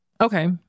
Okay